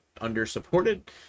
under-supported